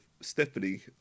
Stephanie